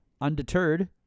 Undeterred